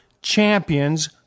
Champions